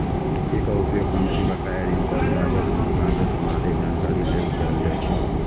एकर उपयोग कंपनी बकाया ऋण पर ब्याजक भुगतानक मादे जानकारी लेल कैल जाइ छै